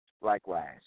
likewise